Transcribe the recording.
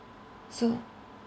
so